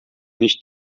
nicht